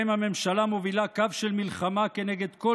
שבהם הממשלה מובילה קו של מלחמה כנגד כל